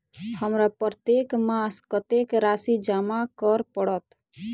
हमरा प्रत्येक मास कत्तेक राशि जमा करऽ पड़त?